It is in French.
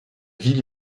ville